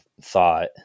thought